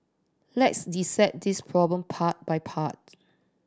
let's dissect this problem part by part